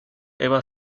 eva